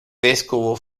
vescovo